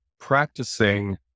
practicing